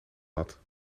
had